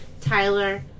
Tyler